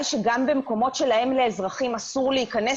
שגם במקומות שלהם לאזרחים אסור להיכנס,